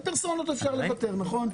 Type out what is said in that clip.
על פרסונלית אפשר לוותר, נכון?